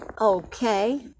Okay